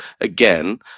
again